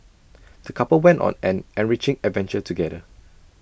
the couple went on an enriching adventure together